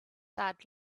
thud